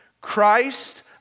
Christ